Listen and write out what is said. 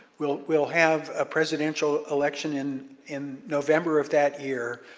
we'll we'll have a presidential election in in november of that year.